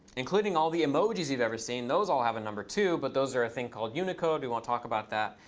including all the emojis you've ever seen. those all have a number, too. but those are a thing called unicode. we won't talk about that.